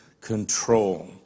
control